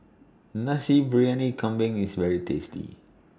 Nasi Briyani Kambing IS very tasty